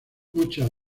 muchas